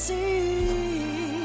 See